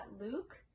Luke